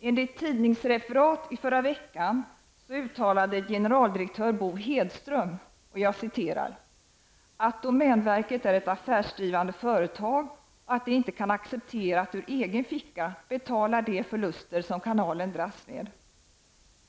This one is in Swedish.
Enligt tidningsreferat i förra veckan uttalade generaldirektör Bo Hedström att domänverket är ett affärsdrivande företag och att det inte kan acceptera att ur egen ficka betala de förluster som kanalen dras med.